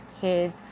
kids